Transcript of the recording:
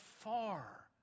far